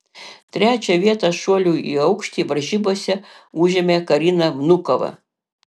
trečią vietą šuolių į aukštį varžybose užėmė karina vnukova